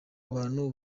abantu